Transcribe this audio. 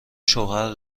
شوهر